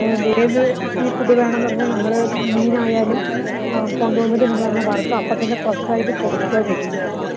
ഏത് സീഫുഡ് വേണന്ന് പറഞ്ഞാൽ നമ്മൾ മീൻ ആയാലും ആ കൊണ്ടു വന്നിട്ട് നമ്മൾ അതിനെ വറുത്ത് അപ്പത്തന്നെ ഫ്രഷ് ആയിട്ട് കൊടുക്കാണ് ചെയ്യുന്നത്